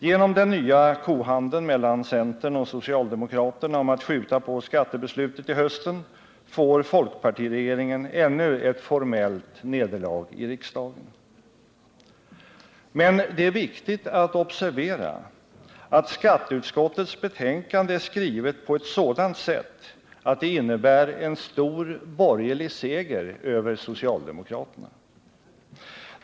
Genom den nya kohandeln mellan centern och socialdemokraterna om att skjuta på skattebeslutet till hösten får folkparti regeringen ännu ett formellt nederlag i riksdagen. Men det är viktigt att observera att skatteutskottets betänkande är skrivet på ett sådant sätt att det innebär en stor borgerlig seger över socialdemokraterna.